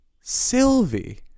Sylvie